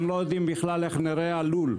הם לא יודעים בכלל איך נראה הלול,